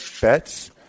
bets